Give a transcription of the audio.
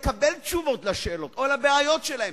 מדובר באנשים ובחיילים שנתנו מעצמם באופן שאף אחד לא יכול לעמוד שם,